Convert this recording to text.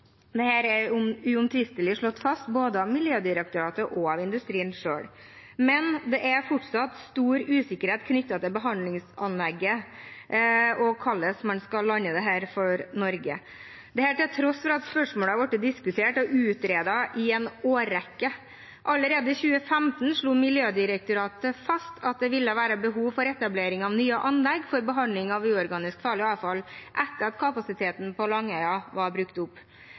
er uomtvistelig slått fast både av Miljødirektoratet og av industrien selv. Men det er fortsatt stor usikkerhet knyttet til behandlingsanlegget og hvordan man skal lande dette for Norge – dette til tross for at spørsmålet har blitt diskutert og utredet i en årrekke. Allerede i 2015 slo Miljødirektoratet fast at det ville være behov for etablering av nye anlegg for behandling av uorganisk farlig avfall etter at kapasiteten på Langøya var brukt opp.